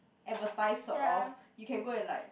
advertise sort of you can go and like